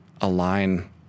align